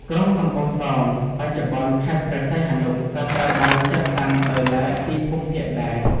ក្រុងកំពង់សោម (បច្ចុប្បន្នខេត្តព្រះសីហនុ) ក៏ត្រូវបានចាត់តាំងដោយឡែកពីភូមិភាគដែរ។